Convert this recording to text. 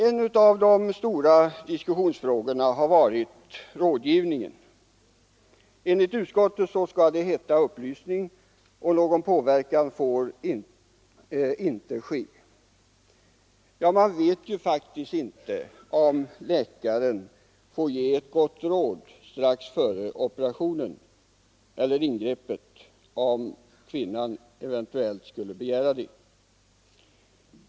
En av de stora diskussionsfrågorna har varit rådgivningen, Enligt utskottet skall det heta upplysning, och någon påverkan får inte ske. Man vet faktiskt inte om läkaren får ge ett gott råd strax före operationen, om kvinnan eventuellt skulle begära det.